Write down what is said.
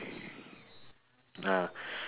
ah